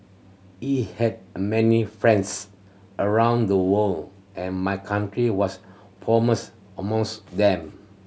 he had many friends around the world and my country was foremost amongst them